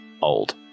old